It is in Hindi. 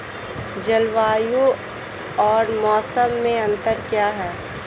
जलवायु और मौसम में अंतर क्या है?